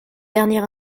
dernier